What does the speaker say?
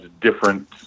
different